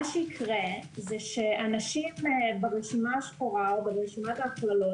מה שיקרה זה שאנשים ברשימה השחורה או ברשימת ההכללות,